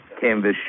canvas